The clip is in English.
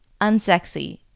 unsexy